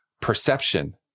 perception